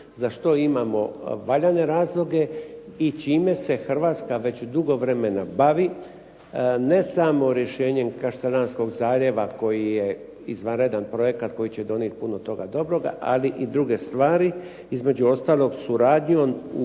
za što imamo valjane razloge i čime se Hrvatska već dugo vremena bavi. Ne samo rješenjem Kaštelanskog zalijeva koji je izvanredan projekat koji će donijeti puno toga dobroga, ali i druge stvari. Između ostalog, suradnjom